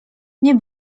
nie